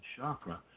chakra